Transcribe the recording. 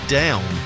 down